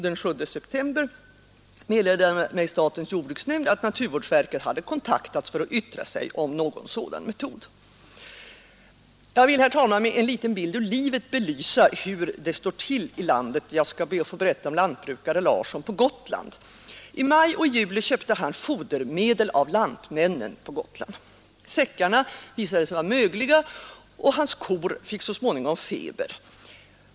Den 7 september meddelade mig statens jordbruksnämnd att naturvårdsverket hade kontaktats för att yttra sig om någon sådan metod. Jag vill med en liten bild ur livet belysa hur det står till i landet. Jag skall be att få berätta om lantbrukare Larsson på Gotland. I maj och i juli köpte han fodermedel av Lantmännen på Gotland. Säckarna visade sig vara mögliga, och hans kor fick så småningom feber.